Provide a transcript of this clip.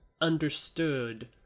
understood